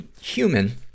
human